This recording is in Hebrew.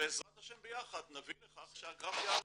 ובעזרת השם ביחד נביא לכך שהגרף יעלה.